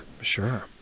Sure